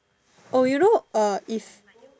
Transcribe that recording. oh you know uh if